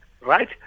right